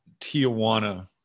Tijuana